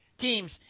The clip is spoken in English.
teams